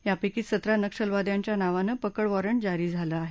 यापकी सतरा नक्षलवाद्यांच्या नावानं पकड वॉरंट जारी झाली आहेत